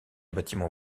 bâtiment